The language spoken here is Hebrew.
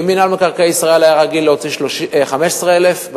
אם מינהל מקרקעי ישראל היה רגיל להוציא 15,000 יחידות דיור,